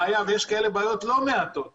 ויש לא מעט בעיות כאלה,